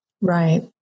Right